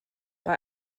bei